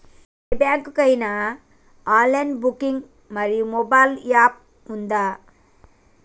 ఏ bank కి ఐనా online banking మరియు మొబైల్ యాప్ ఉందా?